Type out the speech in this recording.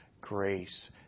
grace